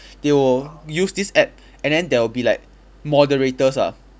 they will use this app and then there will be like moderators ah